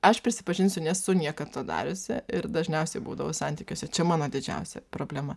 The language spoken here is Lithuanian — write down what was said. aš prisipažinsiu nesu niekad to dariusi ir dažniausiai būdavau santykiuose čia mano didžiausia problema